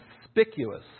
conspicuous